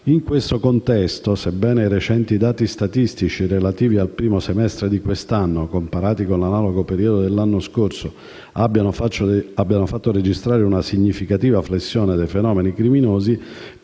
In tale contesto, sebbene i recenti dati statistici relativi al primo semestre di quest'anno, comparati con l'analogo periodo dell'anno scorso, abbiano fatto registrare una significativa flessione dei fenomeni criminosi,